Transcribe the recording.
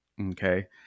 okay